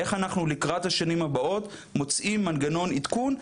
איך אנחנו לקראת השנים הבאות מוצאים מנגנון עדכון,